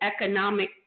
economic